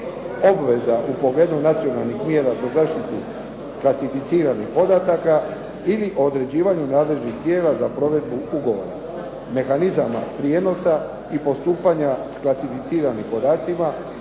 obveza u pogledu nacionalnih mjera za zaštitu klasificiranih podataka ili o određivanju nadležnih tijela za provedbu ugovora, mehanizama prijenosa i postupanja s klasificiranim podacima,